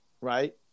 right